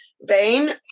vein